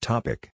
Topic